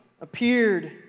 appeared